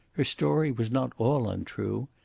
her story was not all untrue.